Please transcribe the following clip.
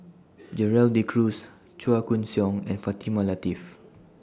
Gerald De Cruz Chua Koon Siong and Fatimah Lateef